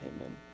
Amen